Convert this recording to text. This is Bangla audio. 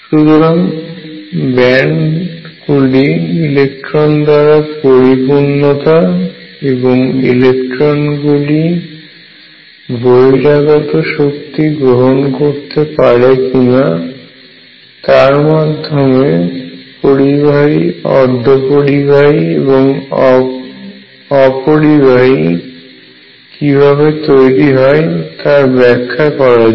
সুতরাং ব্যান্ড গুলির ইলেক্ট্রন দ্বারা পরিপূর্ণতা এবং ইলেকট্রনগুলি বহিরাগত শক্তি গ্রহণ করতে পারে কিনা তার মধমে পরিবাহী অপরিবাহী এবং অর্ধপরিবাহী কিভাবে তৈরি হয় তার ব্যাখ্যা করা যায়